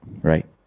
right